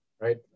right